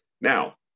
Now